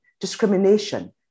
discrimination